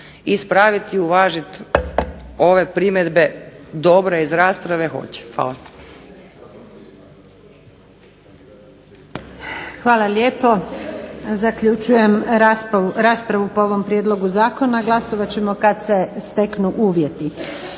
ispravit i uvažit ove primjedbe dobre iz rasprave, hoće. Hvala. **Antunović, Željka (SDP)** Hvala lijepo. Zaključujem raspravu po ovom prijedlogu zakona. Glasovat ćemo kad se steknu uvjeti.